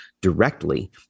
directly